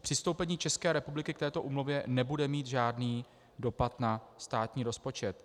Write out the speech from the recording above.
Přistoupení České republiky k této úmluvě nebude mít žádný dopad na státní rozpočet.